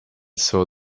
saw